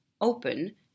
open